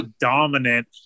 dominant